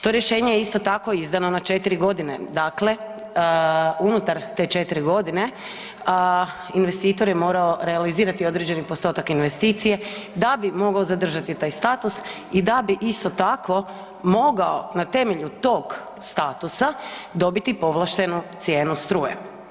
To je rješenje isto tako izdano na četiri godine, dakle unutar te četiri godine investitor je morao realizirati određeni postotak investicije da bi mogao zadržati taj status i da bi isto tako mogao na temelju tog statusa dobiti povlaštenu cijenu struje.